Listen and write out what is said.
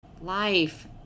Life